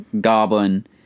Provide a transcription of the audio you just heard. Goblin